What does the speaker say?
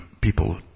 people